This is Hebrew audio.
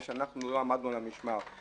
ושאנחנו לא עמדנו על המשמר.